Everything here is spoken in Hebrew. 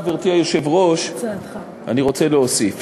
עכשיו, גברתי היושבת-ראש, אני רוצה להוסיף.